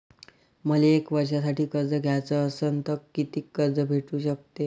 मले एक वर्षासाठी कर्ज घ्याचं असनं त कितीक कर्ज भेटू शकते?